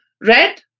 red